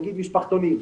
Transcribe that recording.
נגיד משפחתונים,